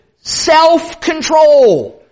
self-control